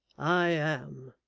i am